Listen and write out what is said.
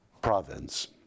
province